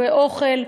ואוכל,